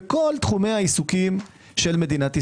בכל תחומי העיסוקים של מדינת ישראל.